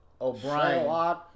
O'Brien